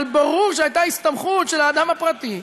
אבל ברור שהייתה הסתמכות של האדם הפרטי,